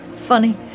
Funny